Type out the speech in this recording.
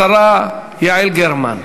השרה יעל גרמן.